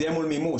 זה יהיה מול מימוש,